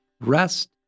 Rest